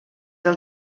del